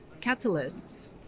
catalysts